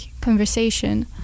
conversation